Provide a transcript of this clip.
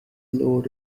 lowered